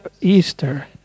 Easter